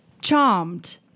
Charmed